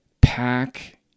pack